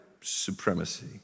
supremacy